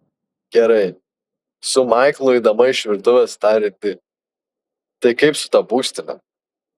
gerai su maiklu eidama iš virtuvės tarė di tai kaip su ta būstine